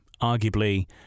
arguably